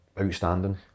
outstanding